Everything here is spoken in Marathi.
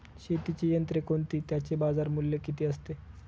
शेतीची यंत्रे कोणती? त्याचे बाजारमूल्य किती असते?